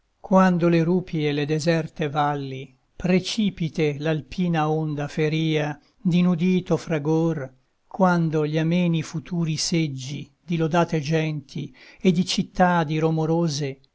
quando le rupi e le deserte valli precipite l'alpina onda feria d'inudito fragor quando gli ameni futuri seggi di lodate genti e di cittadi romorose